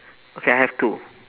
okay I have two